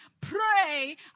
Pray